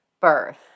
birth